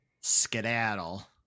skedaddle